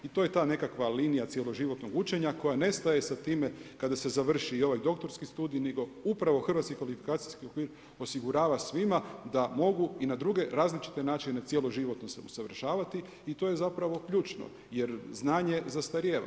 I to je ta nekakva linija cijeloživotnog učenja, koja nestaje sa time, kada se završi i ovaj doktorski studij, nego upravo hrvatski kvalifikacijski okvir, osigurava svima, da mogu i na druge različite načine se cijeloživotno se usavršavati i to je zapravo ključno, jer znanje zastarijeva.